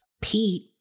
Pete